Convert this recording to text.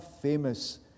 famous